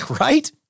right